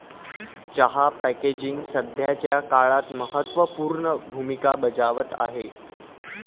चहा पॅकेजिंग सध्याच्या काळात महत्त्व पूर्ण भूमिका बजावत आहे